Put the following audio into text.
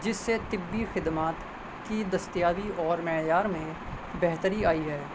جس سے طبی خدمات کی دستیابی اور معیار میں بہتری آئی ہے